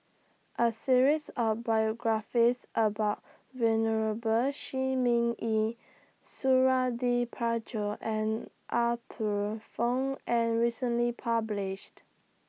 A series of biographies about Venerable Shi Ming Yi Suradi Parjo and Arthur Fong was recently published